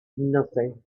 nothing